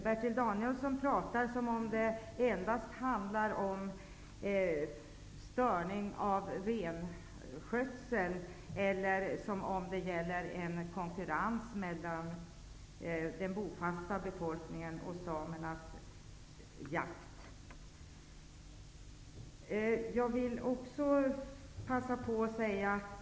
Bertil Danielsson pratar som om det endast handlar om störning av renskötsel eller som om det gällde konkurrens mellan den bofasta befolkningens och samernas jaktmöjligheter.